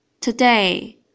Today